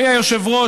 אדוני היושב-ראש,